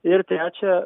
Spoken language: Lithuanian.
ir trečia